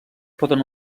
poden